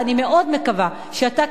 ואני מאוד מקווה שאתה,